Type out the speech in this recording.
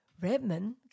Redman